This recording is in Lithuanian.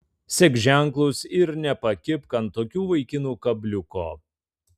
sek ženklus ir nepakibk ant tokių vaikinų kabliuko